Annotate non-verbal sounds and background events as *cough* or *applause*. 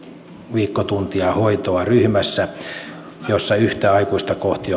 viikkotuntia hoitoa ryhmässä jossa yhtä aikuista kohti *unintelligible*